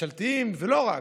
הממשלתיים, ולא רק,